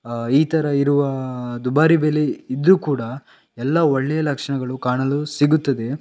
ಈ ಥರ ಇರುವ ದುಬಾರಿ ಬೆಲೆ ಇದ್ದರೂ ಕೂಡ ಎಲ್ಲ ಒಳ್ಳೆಯ ಲಕ್ಷಣಗಳು ಕಾಣಲು ಸಿಗುತ್ತದೆ